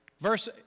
Verse